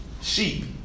Sheep